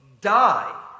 die